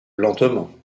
lentement